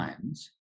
times